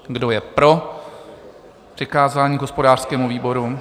Kdo je pro přikázání hospodářskému výboru?